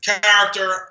character